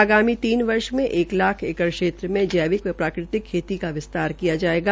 आगामी तीन वर्ष में एक लाख एकड़ क्षेत्र में जैविक व प्राकृतिक खेती का विस्तार किया जायेगा